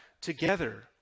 together